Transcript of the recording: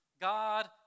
God